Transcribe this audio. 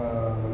ya